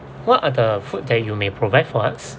what are the food that you may provide for us